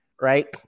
Right